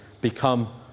become